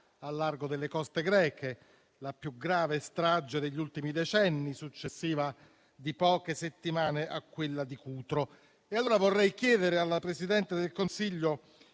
al largo delle coste greche, la più grave strage degli ultimi decenni, successiva di poche settimane a quella di Cutro. Vorrei quindi chiedere alla Presidente del Consiglio